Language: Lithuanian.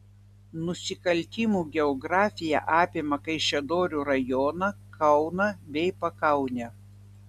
nusikaltimų geografija apima kaišiadorių rajoną kauną bei pakaunę